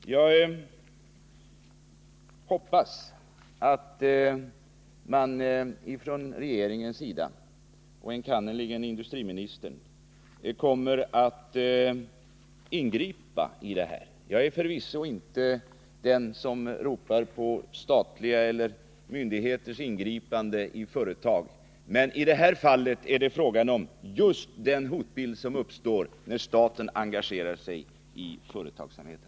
Jag hoppas att man från regeringens sida, enkannerligen industriministerns, kommer att ingripa. Jag är förvisso inte den som ropar på statens eller myndigheters ingripande i företag, men i det här fallet är det fråga om just den hotbild som uppstår när staten engagerar sig i företagsamheten.